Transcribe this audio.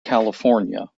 california